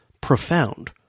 profound